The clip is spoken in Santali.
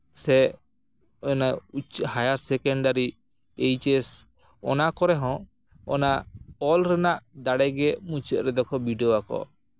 ᱥᱮ ᱚᱱᱟ ᱩᱪᱪᱚ ᱦᱟᱭᱟᱨ ᱥᱮᱠᱮᱱᱰᱟᱨᱤ ᱮᱭᱤᱪ ᱮᱥ ᱚᱱᱟ ᱠᱚᱨᱮ ᱦᱚᱸ ᱚᱱᱟ ᱚᱞ ᱨᱮᱱᱟᱜ ᱫᱟᱲᱮᱜᱮ ᱢᱩᱪᱟᱹᱫ ᱨᱮᱫᱚ ᱠᱚ ᱵᱤᱰᱟᱹᱣ ᱟᱠᱚ